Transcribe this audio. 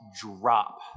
drop